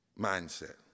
mindset